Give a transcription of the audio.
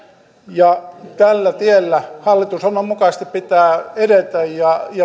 ja tällä tiellä hallitusohjelman mukaisesti pitää edetä